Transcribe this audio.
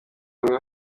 agree